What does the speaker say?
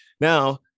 Now